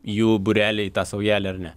jų būrely į tą saujelę ar ne